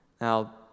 Now